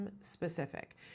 specific